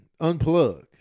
unplug